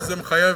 ואז זה מחייב